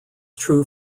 true